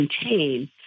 contain